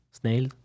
Snail